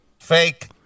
Fake